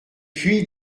puis